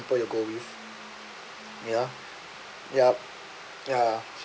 people you go with yup yup ya